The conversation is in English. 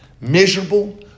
miserable